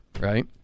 right